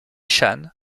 shane